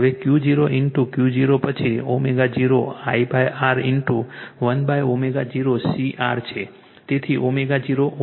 હવે Q0 into Q0 પછી ω0 lR into 1ω0 CR છે